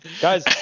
guys